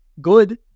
good